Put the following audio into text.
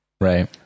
Right